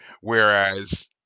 whereas